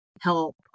help